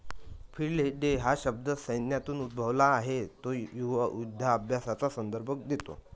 field day हा शब्द सैन्यातून उद्भवला आहे तो युधाभ्यासाचा संदर्भ देतो